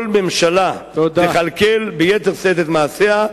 כל ממשלה תכלכל ביתר שאת את מעשיה,